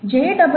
double you